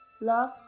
Love